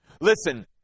Listen